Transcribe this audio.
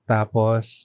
Tapos